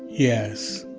yes,